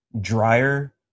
drier